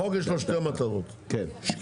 החוק יש לו שתי מטרות: שקיפות,